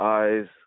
eyes